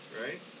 right